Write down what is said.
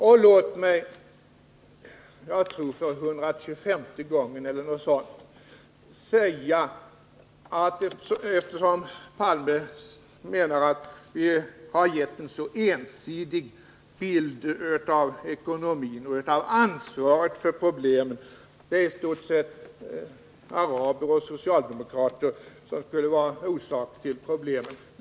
Olof Palme menar att vi har gett en så ensidig bild av ekonomin och av ansvaret för problemen — det är i stort sett araber och socialdemokrater som skulle vara orsak till problemen.